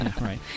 Right